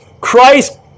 Christ